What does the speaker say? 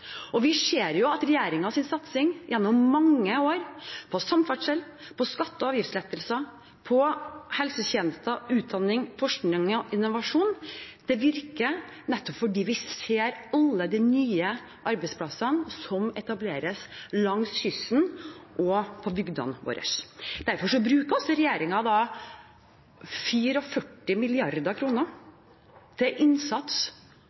og vi ser at regjeringens satsing gjennom mange år på samferdsel, på skatte- og avgiftslettelser, på helsetjenester, utdanning, forskning og innovasjon, virker – nettopp fordi vi ser alle de nye arbeidsplassene som etableres langs kysten og i bygdene våre. Derfor bruker regjeringen 44 mrd. kr til innsats